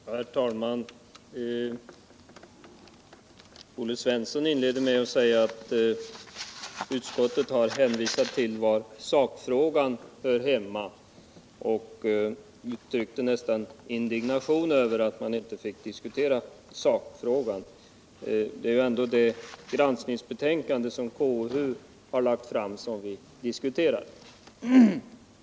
Herr talman! Olle Svensson inledde med att säga att utskottet har hänvisat till att sakfrågan inte hör hemma i detta sammanhang, och han uttryckte indignation över att han inte kunde diskutera sakfrågan. Men det är ju ändå det granskningsbetänkande som KU lagt fram som vi skall diskutera.